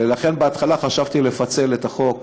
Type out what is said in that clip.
ולכן בהתחלה חשבתי לפצל את החוק: